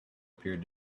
appeared